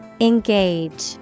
Engage